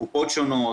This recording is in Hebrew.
קופות שונות,